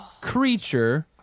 creature